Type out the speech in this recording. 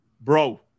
bro